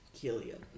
Killian